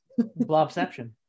blobception